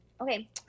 Okay